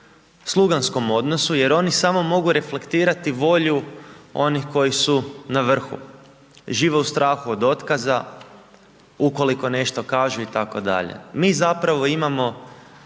sluganskom odnosu jer oni samo mogu reflektirati volju onih koji su na vrhu. Žive u strahu od otkaza ukoliko nešto kažu itd. Mi zapravo imamo